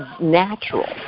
natural